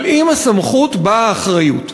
אבל עם הסמכות באה האחריות,